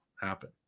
happen